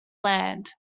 land